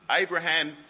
Abraham